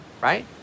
right